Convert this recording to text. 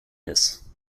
this